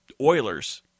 Oilers